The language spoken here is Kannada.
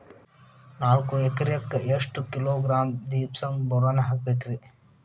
ನಾಲ್ಕು ಎಕರೆಕ್ಕ ಎಷ್ಟು ಕಿಲೋಗ್ರಾಂ ಜಿಪ್ಸಮ್ ಬೋರಾನ್ ಹಾಕಬೇಕು ರಿ?